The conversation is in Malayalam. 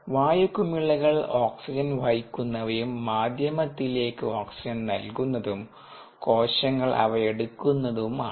വായു കുമിളകൾ ഓക്സിജൻ വഹിക്കുന്നവയും മാധ്യമത്തിലേക്ക് ഓക്സിജൻ നൽകുന്നതും കോശങ്ങൾ അവയെടുക്കുന്നതും ആണ്